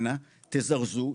אנא תזרזו,